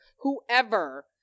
whoever